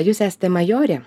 jūs este majorė